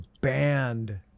banned